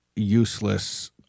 useless